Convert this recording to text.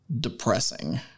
depressing